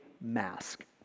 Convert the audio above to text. mask